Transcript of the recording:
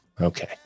okay